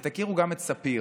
ותכירו גם את ספיר.